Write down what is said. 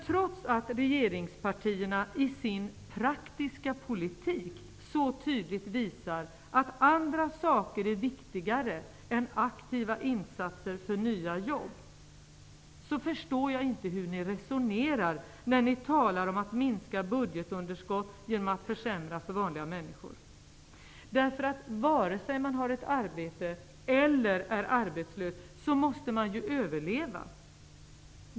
Trots att regeringspartierna i sin praktiska politik tydligt visar att andra saker är viktigare än aktiva insatser för nya jobb, förstår jag inte hur ni resonerar när ni talar om att minska budgetunderskottet genom att försämra för vanliga människor. Vare sig man har ett arbete eller är arbetslös måte man ju överleva.